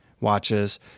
watches